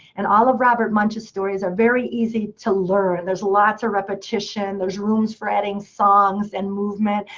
and all of robert munsch's stories are very easy to learn. there's lots of repetition. there's rooms for adding songs and movement.